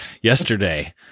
yesterday